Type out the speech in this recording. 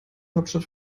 hauptstadt